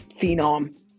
phenom